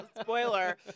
spoiler